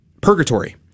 purgatory